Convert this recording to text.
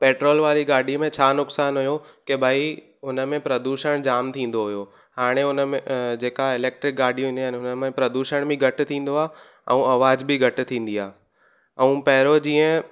petrol वारी गाॾी में छा नुक़सानु हुयो की भई उन में प्रदूषण जामु थींदो हुयो हाणे हुन में जेका इलेक्ट्रिक गाॾी हूंदी आहिनि हुन में प्रदूषण बि घटि थींदो आहे ऐं आवाज़ु बि घटि थींदी आहे ऐं पहिरियों जीअं